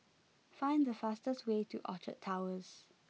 find the fastest way to Orchard Towers